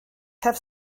have